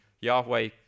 Yahweh